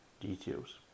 details